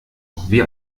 wie